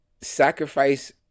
sacrifice